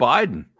Biden